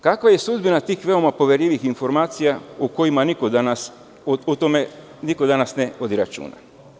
Kakva je sudbina tih veoma poverljivih informacija u kojima niko danas ne vodi računa?